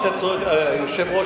היושב-ראש,